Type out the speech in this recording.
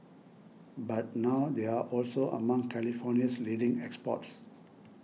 but now they are also among California's leading exports